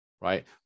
right